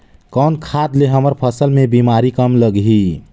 कौन खाद ले हमर फसल मे बीमारी कम लगही?